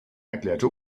erklärte